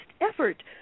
effort